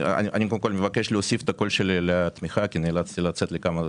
אני מבקש להוסיף את הקול שלי לתמיכה כי נאלצתי לצאת לכמה דקות.